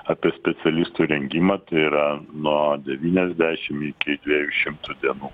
apie specialistų rengimą tai yra nuo devyniasdešim iki dviejų šimtų dienų